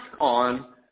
on